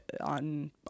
on